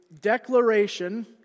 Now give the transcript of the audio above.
declaration